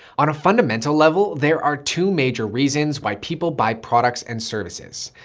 on a fundamental level, there are two major reasons why people buy products and services.